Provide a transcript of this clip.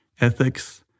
ethics